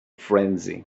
frenzy